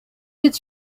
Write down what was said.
its